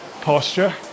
posture